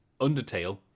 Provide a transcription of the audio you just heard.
Undertale